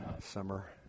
summer